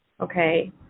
Okay